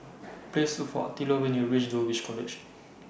Please Look For Attilio when YOU REACH Dulwich College